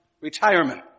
retirement